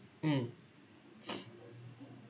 mm